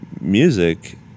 music